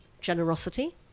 generosity